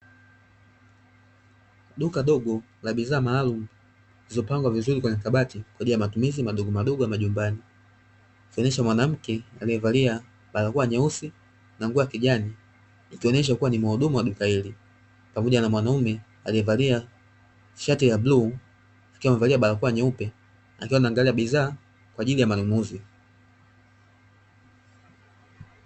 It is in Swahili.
Duka dogo la bidhaa maalumu zilizopangwa vizuri kwenye kabati kwa ajili ya matumizi madogomadogo ya majumbani. Ikionyesha mwanamke aliyevalia barakoa nyeusi na nguo ya kijani ikionyesha kuwa ni muhudumu wa duka hili, pamoja na mwanaume aliyevalia shati la bluu akiwa amevalia barakoa nyeupe akiwa anaangalia bidhaa kwa ajili ya manunuzi.